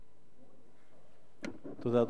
תודה.